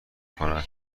کند